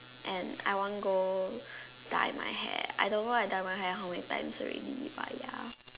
and I won't go dye my hair I don't like dye my hair how many times already by yet